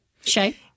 Shay